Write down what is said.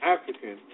African